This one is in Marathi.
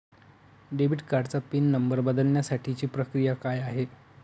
डेबिट कार्डचा पिन नंबर बदलण्यासाठीची प्रक्रिया काय आहे?